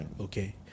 Okay